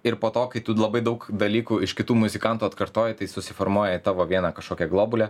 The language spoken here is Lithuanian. ir po to kai tu labai daug dalykų iš kitų muzikantų atkartoji tai susiformuoja tavo viena kažkokia globulė